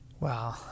Wow